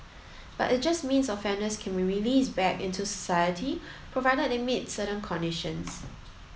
but it just means offenders can be released back into society provided they meet certain conditions